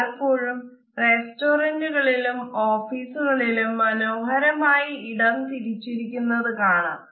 പലപ്പോഴും റെസ്റ്റോറെന്റുകളിലും ഓഫീസുകളിലും മനോഹരമായി ഇടം തിരിച്ചിരിക്കുന്നത് കാണാം